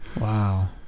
Wow